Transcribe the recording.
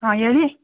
ಹಾಂ ಹೇಳಿ